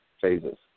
phases